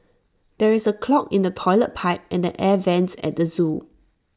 there is A clog in the Toilet Pipe and air Vents at the Zoo